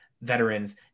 veterans